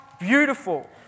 beautiful